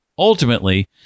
Ultimately